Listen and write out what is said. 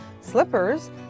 slippers